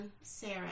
Sarah